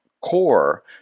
core